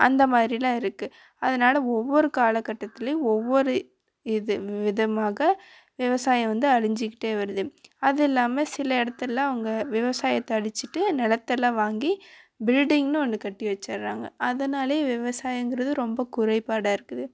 அந்த மாதிரிலாம் இருக்குது அதனால் ஒவ்வொரு காலக்கட்டத்துலேயும் ஒவ்வொரு இது விதமாக விவசாயம் வந்து அழிஞ்சுக்கிட்டே வருது அது இல்லாமல் சில இடத்துல அவங்க விவசாயத்தை அழிச்சுட்டு நிலத்தெல்லாம் வாங்கி பில்டிங்னு ஒன்று கட்டி வெச்சுறாங்க அதனாலே விவசாயோங்கிறது ரொம்ப குறைபாடாக இருக்குது